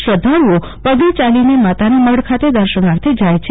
શ્રધ્ધાળુઓ પગે યાલીને માતાના મઢ ખાતે દર્શનાર્થે જાય છે